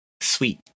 Sweet